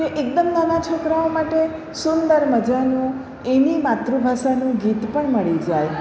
કે એકદમ નાના છોકરાઓ માટે સુંદર મજાનું એની માતૃભાષાનું ગીત પણ મળી જાય